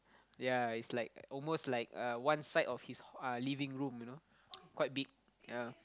ya is like almost like uh one side of his uh living room you know quite big ya